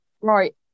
Right